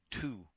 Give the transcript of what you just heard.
two